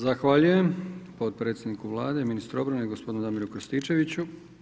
Zahvaljujem potpredsjedniku Vlade i ministru obrane gospodinu Damiru Krstičeviću.